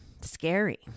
scary